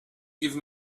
give